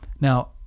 Now